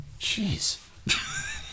Jeez